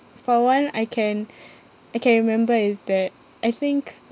for one I can I can remember is that I think